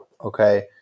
okay